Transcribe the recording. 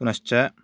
पुनश्च